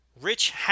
Rich